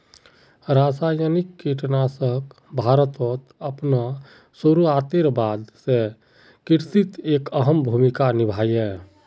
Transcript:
रासायनिक कीटनाशक भारतोत अपना शुरुआतेर बाद से कृषित एक अहम भूमिका निभा हा